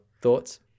thoughts